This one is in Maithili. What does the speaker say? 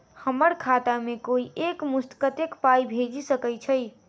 हम्मर खाता मे कोइ एक मुस्त कत्तेक पाई भेजि सकय छई?